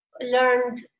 learned